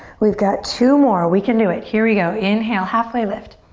we've got two more. we can do it. here we go. inhale, halfway lift.